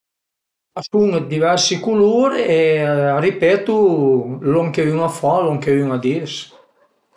A sun dë diversi culur e a ripetu lon che ün a fa, lon che ün a dis